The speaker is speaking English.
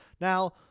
Now